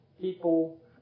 people